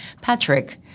Patrick